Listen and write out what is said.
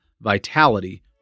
Vitality